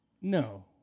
No